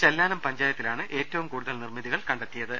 ചെല്ലാനം പഞ്ചായ ത്തിലാണ് ഏറ്റവും കൂടുതൽ നിർമിതികൾ കണ്ടെത്തിയത്